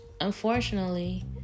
Unfortunately